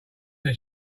that